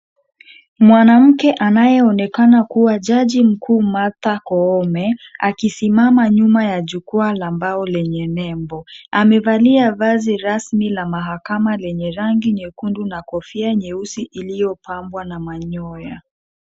Mwanamke anayeonekana kuwa jaji mkuu Martha Koome akisimama nyuma ya jukwaa la mbao lenye nembo, amevalia vazi rasmi la mahakama lenye rangi nyekundu na kofia nyeusi iliyopambwa na manyoya.